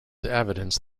evidence